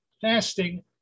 fasting